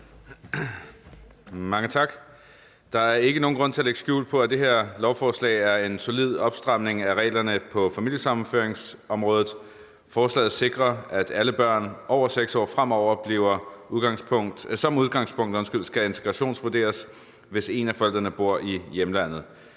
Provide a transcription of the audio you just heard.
Mange tak. Der er ikke nogen grund til at lægge skjul på, at det her lovforslag er en solid opstramning af reglerne på familiesammenføringsområdet. Forslaget sikrer, at alle børn over 6 år fremover som udgangspunkt skal integrationsvurderes, hvis en af forældrene bor i hjemlandet.